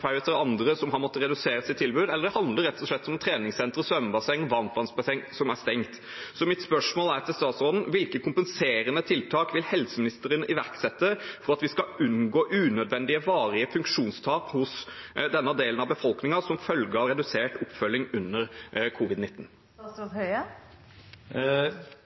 andre som har måttet redusere sitt tilbud, eller det rett og slett handler om treningssenter, svømmebasseng og varmtvannsbasseng som er stengt. Mitt spørsmål til statsråden er: Hvilke kompenserende tiltak vil helseministeren iverksette for at vi skal unngå unødvendige varige funksjonstap hos denne delen av befolkningen som følge av redusert oppfølging under